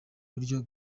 buryo